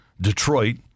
Detroit